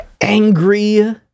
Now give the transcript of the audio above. angry